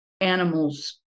animals